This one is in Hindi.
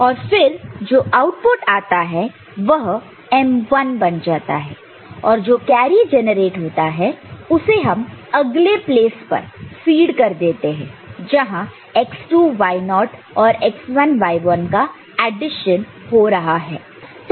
और फिर जो आउटपुट आता है वह m1 बन जाता है और जो कैरी जेनरेट होता है उसे हम अगले प्लेस पर फीड कर देते हैं जहां x2y0 और x1y1 का एडिशन हो रहा है